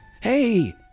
Hey